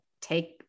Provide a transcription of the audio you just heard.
take